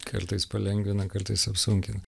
kartais palengvina kartais apsunkina